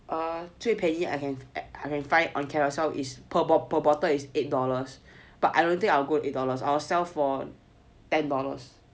err 最便宜 I can find on Carousell is per per bottle is eight dollars but I don't think I'll go eight dollars I'll sell for ten dollars